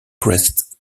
crest